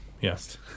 Yes